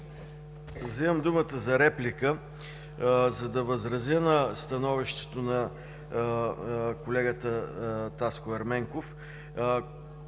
Взимам думата за реплика, за да възразя на становището на колегата Таско Ерменков